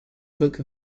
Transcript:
book